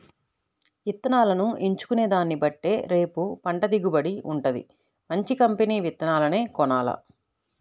ఇత్తనాలను ఎంచుకునే దాన్నిబట్టే రేపు పంట దిగుబడి వుంటది, మంచి కంపెనీ విత్తనాలనే కొనాల